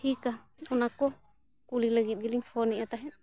ᱴᱷᱤᱠᱟ ᱚᱱᱟ ᱠᱚ ᱠᱩᱞᱤ ᱞᱟᱹᱜᱤᱫ ᱜᱤᱞᱤᱧ ᱯᱷᱳᱱ ᱮᱜᱼᱟ ᱛᱟᱦᱮᱸᱫ